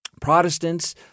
Protestants